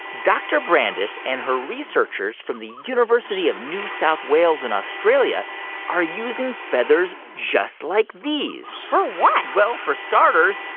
dr. brandis and her researchers from the university of new south wales in australia are using feathers just like these for what? well, for starters,